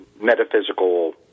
metaphysical